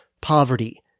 poverty